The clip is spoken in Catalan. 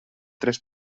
tres